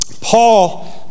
Paul